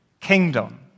kingdom